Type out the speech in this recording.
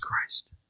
Christ